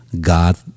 God